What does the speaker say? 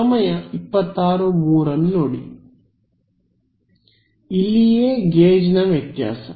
ವಿದ್ಯಾರ್ಥಿ ವಿದ್ಯಾರ್ಥಿ ಇಲ್ಲಿಯೇ ಗೇಜ್ನ ವ್ಯತ್ಯಾಸ